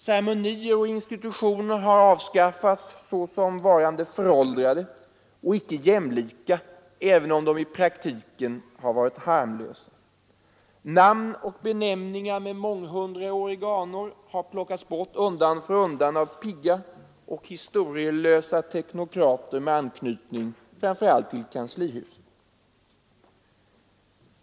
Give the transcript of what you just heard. Ceremonier och institutioner har avskaffats såsom varande ”föråldrade” och icke jämlika även om de i praktiken har varit harmlösa. Namn och benämningar med månghundraåriga anor har plockats bort undan för undan av pigga och historielösa teknokrater med anknytning framför allt till kanslihuset.